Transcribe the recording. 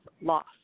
loss